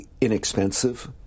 Inexpensive